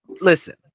listen